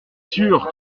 sûr